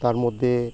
তার মধ্যে